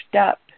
up